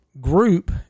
group